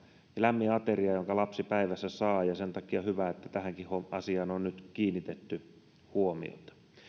lämmin ateria jonka lapsi päivässä saa ja sen takia on hyvä että tähänkin asiaan on nyt kiinnitetty huomiota